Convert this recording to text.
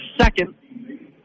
second